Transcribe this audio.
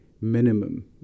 minimum